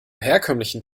herkömmlichen